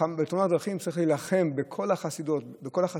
בתאונות דרכים צריך להילחם בכל החזיתות,